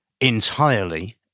entirely